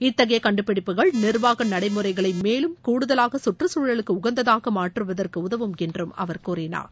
இத்தகைய கண்டுபிடிப்புகள் நிர்வாக நடைமுறைகளை மேலும் கூடுதலாக கற்றச்சூழலுக்கு உகந்ததாக மாற்றுவதற்கு உதவும் என்று அவர் கூறினார்